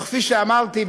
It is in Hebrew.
שכפי שאמרתי,